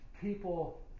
people